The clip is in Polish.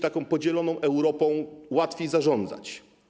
Taką podzieloną Europą łatwiej zarządzać.